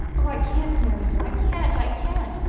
oh, i can't marry you i can't i can't,